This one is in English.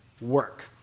work